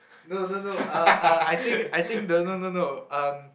no no no uh uh I think I think the no no no um